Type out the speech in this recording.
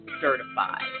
certified